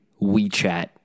WeChat